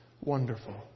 wonderful